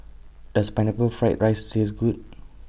Does Pineapple Fried Rice Taste Good